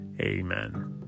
Amen